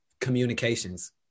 communications